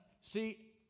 See